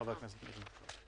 ואחריה חבר הכנסת ניר ברקת.